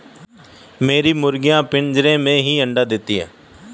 मेरी मुर्गियां पिंजरे में ही अंडा देती हैं